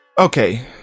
Okay